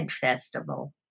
festival